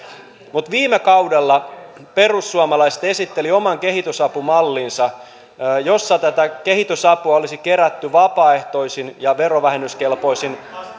viime kaudella perussuomalaiset esittelivät oman kehitysapumallinsa jossa tätä kehitysapua olisi kerätty vapaaehtoisin ja verovähennyskelpoisin